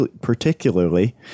particularly